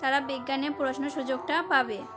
তারা বিজ্ঞান নিয়ে পড়াশোনার সুযোগটা পাবে